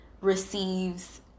receives